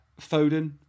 Foden